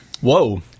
Whoa